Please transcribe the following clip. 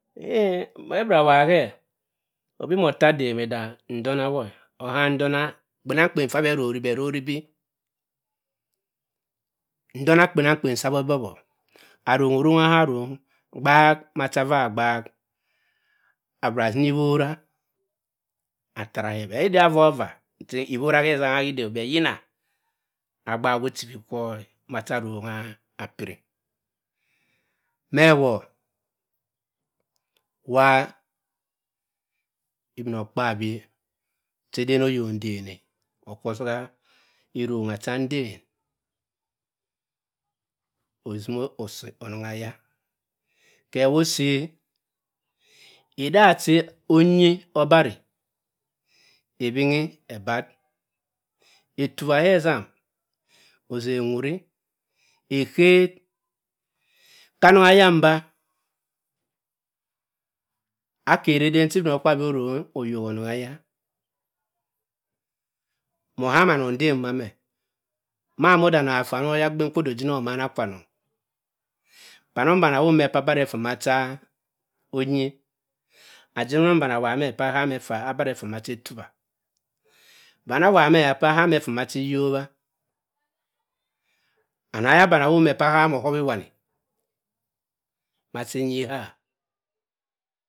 Nhi bhe abra awowa ke, obi mo otta adaam dat ndona wo oham ndona kpenamkpen fa bhe arori bhe arori bi ndona kpenamkpen sa abhe abob'o aronga oronga ka arong gbaak ma cha ava agbaak, abiri asima iwora attara ke but idia avaa-ovaa che iwora ke esanga ide-o but yina agbaak ochibi kwoh-e macha arrong apiri me wor, wa ibinokpaabyi ochiden oyok nden-e okwo osoha erronga cha nden osima osi onong eya. kewo osi eden da cha onyi obari ewen ebatt. etwwa ke essam osen e wuri oket, ka anong eya mba akeri eden cha obinokpaabyi oreng oyok onong eya mor oham annong dem mbuma me, ma moh ode anong affa mor oyagbin kwo ode ojinong omama kwamong pamnong bami awop m-e pa abiri effa macha onyi, ajinong bani awop me pa ham effa, pa abiri effaa ma cha etuwa, bani awowa me pa aham effaa ma cha iyobba, anong eya bani awop me pa aham ohowi wani macha nyi a.